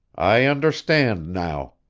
i understand now.